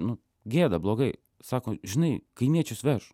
nu gėda blogai sako žinai kaimiečius veš